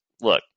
look